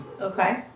Okay